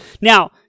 now